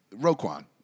Roquan